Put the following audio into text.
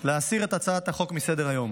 להסיר את הצעת החוק מסדר-היום.